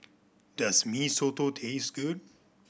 does Mee Soto taste good